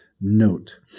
note